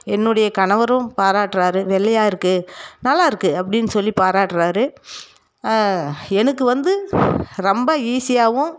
என்னுடைய கணவரும் பாராட்டுறாரு வெள்ளையாக இருக்குது நல்லாயிருக்கு அப்படின் சொல்லி பாராட்டுறாரு எனக்கு வந்து ரொம்ப ஈஸியாகவும்